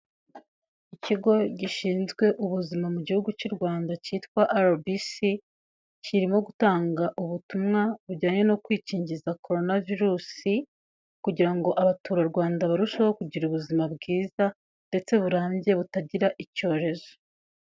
Ikigo gishinzwe ubuzima mu gihugu cy'u Rwanda cyitwa rbc, kirimo gutanga ubutumwa bujyanye no kwikingiza korona virusi kugira ngo abatura Rwanda barusheho kugira ubuzima bwiza ndetse burambye butagira icyorezo.